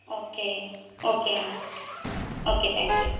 okay ஓகேங்க okay thank you